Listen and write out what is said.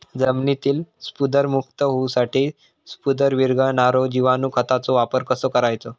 जमिनीतील स्फुदरमुक्त होऊसाठीक स्फुदर वीरघळनारो जिवाणू खताचो वापर कसो करायचो?